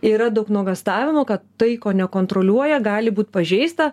yra daug nuogąstavimų kad tai ko nekontroliuoja gali būt pažeista